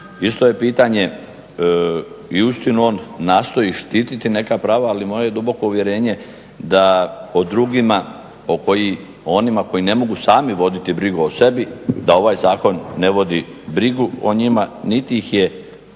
Isto je pitanje i uistinu on nastoji štititi neka prava, ali moje je duboko uvjerenje da o drugima o onima koji ne mogu sami voditi brigu o sebi da ovaj Zakon ne vodi brigu o njima niti ih je